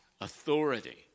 authority